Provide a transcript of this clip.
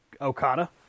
Okada